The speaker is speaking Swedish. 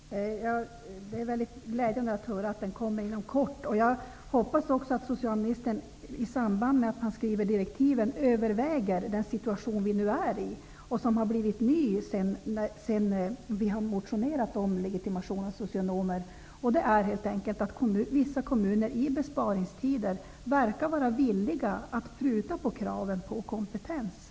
Herr talman! Det är mycket glädjande att höra att den kommer inom kort. Jag hoppas också att socialministern i samband med att han skriver direktiven överväger den situation som vi nu är i och som har förändrats sedan vi motionerade om legitimation av socionomer, nämligen genom att vissa kommuner i besparingstider verkar vara villiga att pruta på kraven på kompetens.